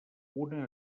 una